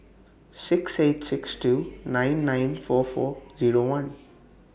six eight six two nine nine four four Zero one